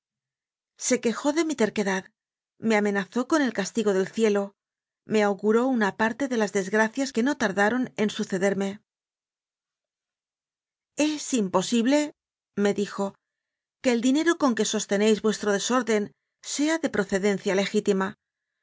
se quejó de mi terquedad me amenazó con el castigo del cielo me auguró una parte de las desgracias que no tardaron en sucederme es imposible me dijo que el dinero con que sostenéis vuestro desorden sea de proce dencia legítima